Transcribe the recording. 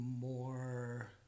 more